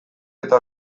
eta